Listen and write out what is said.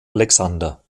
alexander